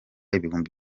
ibihumbi